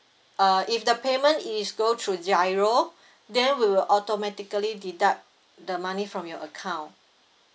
uh if the payment is go through giro then will automatically deduct the money from your account